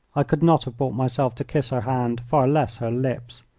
i could not have brought myself to kiss her hand, far less her lips.